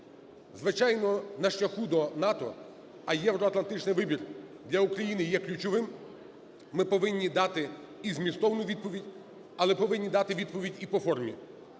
Звичайно, на шляху до НАТО, а Євроатлантичний вибір для України є ключовим, ми повинні дати і змістовну відповідь, але повинні дати відповідь і по формі.